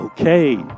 Okay